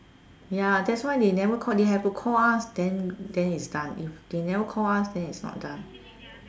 ya that's why they never call they have to call us then then is done if they never call us then is not done